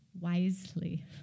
wisely